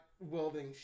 welding